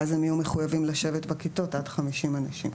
ואז הם יהיו מחויבים לשבת בכיתות עד 50 אנשים.